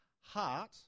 heart